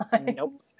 Nope